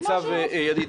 ניצב ידיד,